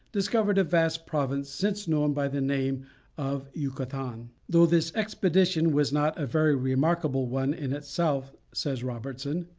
discovered a vast province, since known by the name of yucatan. though this expedition was not a very remarkable one in itself, says robertson,